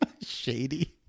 Shady